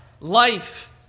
life